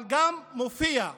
אבל גם מופיעים